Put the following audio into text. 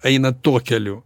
eina tuo keliu